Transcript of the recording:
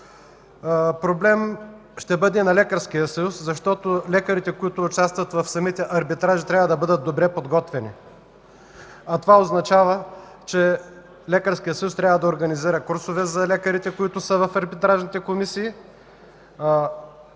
Проблем ще бъде за Лекарския съюз, защото лекарите, участващи в самите арбитражи, трябва да бъдат добре подготвени. Това означава, че Лекарският съюз трябва да организира курсове за лекарите, които са в арбитражните комисии,